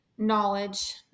Knowledge